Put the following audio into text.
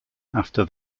after